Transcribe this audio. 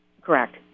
Correct